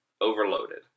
overloaded